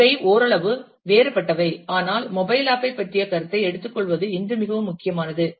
இவை ஓரளவு வேறுபட்டவை ஆனால் மொபைல் ஆப் ஐ பற்றிய கருத்தை எடுத்துக்கொள்வது இன்று மிகவும் முக்கியமானது